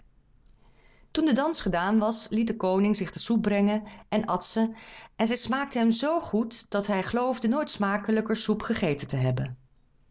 toen de dans gedaan was liet de koning zich de soep brengen en at ze en zij smaakte hem z goed dat hij geloofde nooit smakelijker soep gegeten te hebben